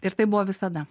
ir taip buvo visada